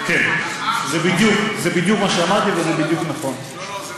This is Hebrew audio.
לא הבנתי נכון.